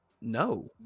No